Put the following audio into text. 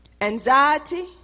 anxiety